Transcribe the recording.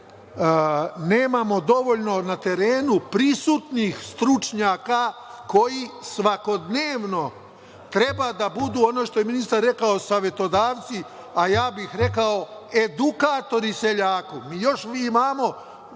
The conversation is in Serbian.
nemamo dovoljno na terenu prisutnih stručnjaka koji svakodnevno treba da budu, ono što je ministar rekao, savetodavci, a ja bih rekao edukatori seljaku. Još imamo